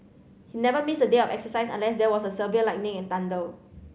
he never missed a day of exercise unless there was a severe lightning and thunder